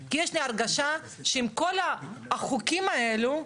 כי יש לי הרגשה שעם כל החוקים האלה,